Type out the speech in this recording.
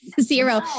Zero